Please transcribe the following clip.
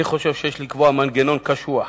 אני חושב שיש לקבוע מנגנון קשוח,